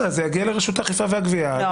זה יגיע לרשות האכיפה והגבייה,